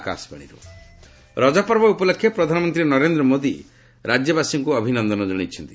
PM Raja Rajaparba ଉପଲକ୍ଷେ ପ୍ରଧାନମନ୍ତ୍ରୀ ନରେନ୍ଦ୍ର ମୋଦି ରାଜ୍ୟବାସୀଙ୍କୁ ଅଭିନନ୍ଦନ କଣାଇଛନ୍ତି